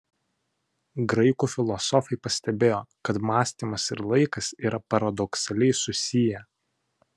graikų filosofai pastebėjo kad mąstymas ir laikas yra paradoksaliai susiję